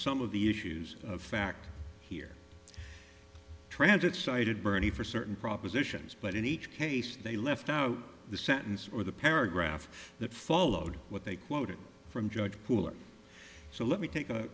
some of the issues of fact here transit cited bernie for certain propositions but in each case they left out the sentence or the paragraph that followed what they quoted from judge cooler so let me take a